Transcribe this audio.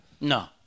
No